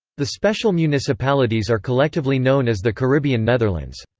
the special municipalities are collectively known as the caribbean netherlands.